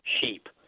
sheep